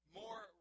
more